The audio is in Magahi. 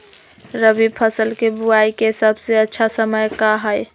रबी फसल के बुआई के सबसे अच्छा समय का हई?